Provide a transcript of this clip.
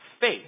faith